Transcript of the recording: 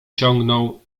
ciągnął